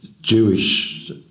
Jewish